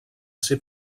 ser